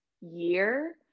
year